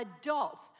adults